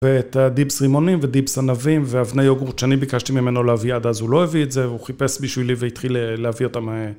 ואת הדיפס רימונים ודיפס ענבים ואבני יוגורט שאני ביקשתי ממנו להביא עד אז הוא לא הביא את זה הוא חיפש בשבילי והתחיל להביא אותם